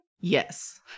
Yes